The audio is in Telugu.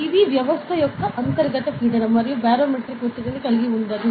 ఇది వ్యవస్థ యొక్క అంతర్గత పీడనం మరియు బారోమెట్రిక్ ఒత్తిడిని కలిగి ఉండదు